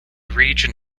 region